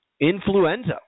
Influenza